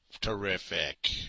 Terrific